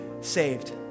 saved